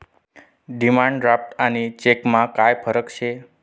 demand draft आणि चेकमा काय फरक शे